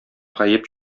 гаеп